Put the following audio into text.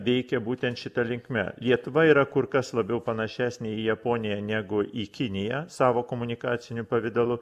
veikia būtent šita linkme lietuva yra kur kas labiau panašesnė į japoniją negu į kiniją savo komunikaciniu pavidalu